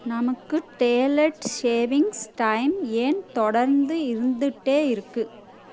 நமக்கு daylight savings time ஏன் தொடர்ந்து இருந்துகிட்டே இருக்குது